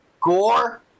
Gore